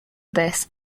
this